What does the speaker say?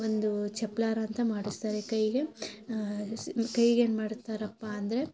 ಒಂದು ಚಪ್ಲಾರ ಅಂತ ಮಾಡಿಸ್ತಾರೆ ಕೈಗೆ ಸ್ ಕೈಗೆ ಏನು ಮಾಡ್ತಾರಪ್ಪ ಅಂದರೆ